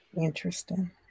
Interesting